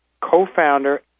co-founder